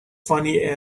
funny